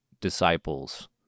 disciples